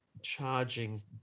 charging